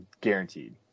Guaranteed